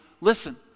listen